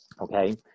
Okay